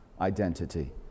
identity